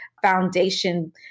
foundation